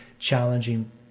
challenging